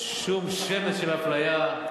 שמץ של אפליה.